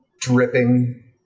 dripping